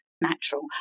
natural